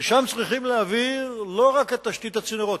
ושם צריכים להעביר לא רק את תשתית הצינורות.